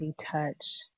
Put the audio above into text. touch